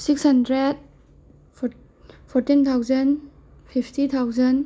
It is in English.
six hundred fourteen thousand fifty thousand